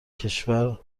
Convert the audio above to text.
کشور